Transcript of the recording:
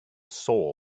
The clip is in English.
soul